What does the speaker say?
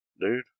Dude